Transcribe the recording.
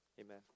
Amen